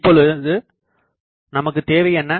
இப்பொழுது நமக்குதேவை என்ன